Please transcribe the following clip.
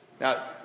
Now